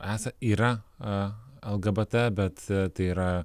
esą yra a lgbt bet tai yra